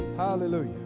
Hallelujah